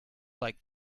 like